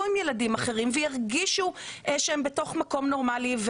עם ילדים אחרים וירגישו שהם בתוך מקום נורמלי.